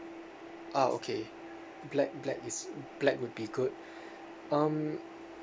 ah okay black black is black would be good um